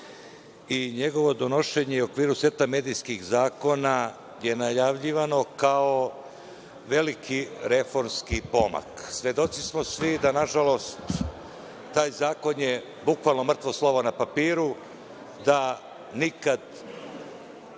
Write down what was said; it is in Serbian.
i njegovo donošenje u okviru seta medijskih zakona je najavljivano kao veliki reformski pomak. Svedoci smo svi da nažalost taj zakon je bukvalno mrtvo slovo na papiru, da nikada,